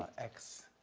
ah x,